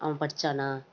அவன் படிச்சானா